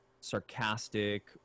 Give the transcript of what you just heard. sarcastic